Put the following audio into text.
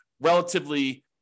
relatively